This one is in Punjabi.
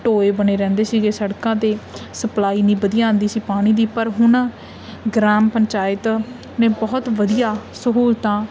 ਟੋਏ ਬਣੇ ਰਹਿੰਦੇ ਸੀਗੇ ਸੜਕਾਂ 'ਤੇ ਸਪਲਾਈ ਨਹੀਂ ਵਧੀਆ ਆਉਂਦੀ ਸੀ ਪਾਣੀ ਦੀ ਪਰ ਹੁਣ ਗ੍ਰਾਮ ਪੰਚਾਇਤ ਨੇ ਬਹੁਤ ਵਧੀਆ ਸਹੂਲਤਾਂ